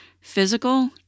physical